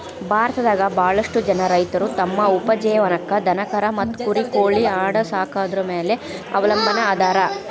ಭಾರತದಾಗ ಬಾಳಷ್ಟು ಜನ ರೈತರು ತಮ್ಮ ಉಪಜೇವನಕ್ಕ ದನಕರಾ ಮತ್ತ ಕುರಿ ಕೋಳಿ ಆಡ ಸಾಕೊದ್ರ ಮ್ಯಾಲೆ ಅವಲಂಬನಾ ಅದಾರ